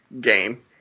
game